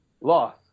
loss